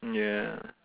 ya